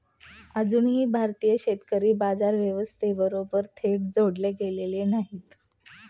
अजूनही भारतीय शेतकरी बाजार व्यवस्थेबरोबर थेट जोडले गेलेले नाहीत